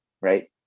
Right